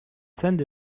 send